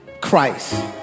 Christ